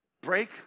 Break